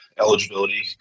eligibility